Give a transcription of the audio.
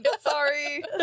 sorry